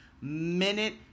minute